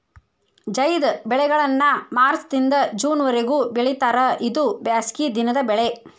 ಝೈದ್ ಬೆಳೆಗಳನ್ನಾ ಮಾರ್ಚ್ ದಿಂದ ಜೂನ್ ವರಿಗೂ ಬೆಳಿತಾರ ಇದು ಬ್ಯಾಸಗಿ ದಿನದ ಬೆಳೆ